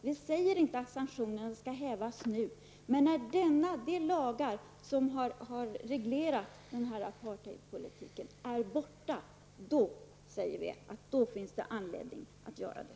Vi säger inte att sanktionerna skall hävas nu, men när lagarna som har reglerat apartheidpolitiken har avskaffats finns det anledning att göra det.